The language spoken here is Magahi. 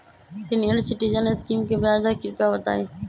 सीनियर सिटीजन स्कीम के ब्याज दर कृपया बताईं